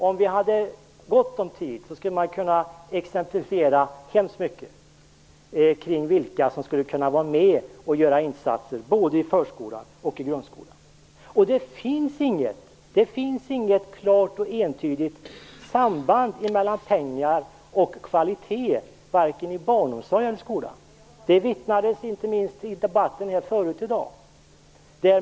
Om vi hade gott om tid skulle man kunna exemplifiera hemskt mycket kring vilka som skulle kunna vara med och göra insatser både i förskolan och i grundskolan. Det finns inget klart och entydigt samband mellan pengar och kvalitet, varken i barnomsorgen eller skolan. Det vittnades det inte minst om i debatten förut i dag.